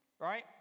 Right